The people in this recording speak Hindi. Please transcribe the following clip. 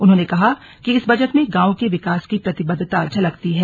उन्होंने कहा कि इस बजट में गांवों के विकास की प्रतिबद्वता झलकती है